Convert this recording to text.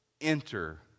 enter